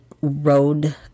road